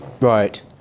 right